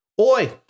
Oi